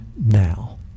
now